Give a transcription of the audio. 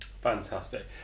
Fantastic